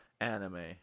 anime